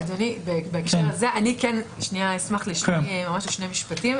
אדוני, בהקשר הזה אשמח לשני משפטים.